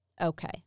okay